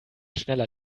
schneller